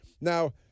Now